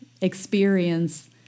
experience